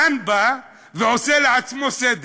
דן בה ועושה לעצמו סדר.